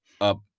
up